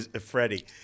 freddie